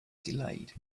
delayed